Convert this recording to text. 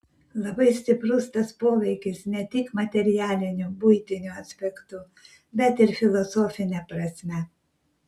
labai stiprus tas poveikis ne tik materialiniu buitiniu aspektu bet ir filosofine prasme